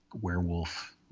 werewolf